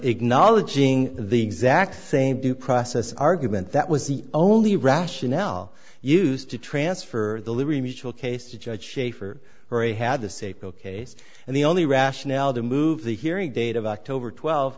acknowledging the exact same due process argument that was the only rationale used to transfer the liberty mutual case to judge schaefer or a had the seiko case and the only rationale to move the hearing date of october twelve